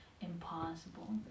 impossible